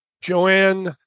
Joanne